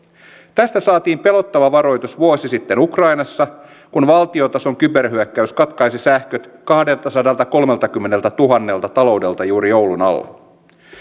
tästä saatiin pelottava varoitus vuosi sitten ukrainassa kun valtiotason kyberhyökkäys katkaisi sähköt kahdeltasadaltakolmeltakymmeneltätuhannelta taloudelta juuri joulun alla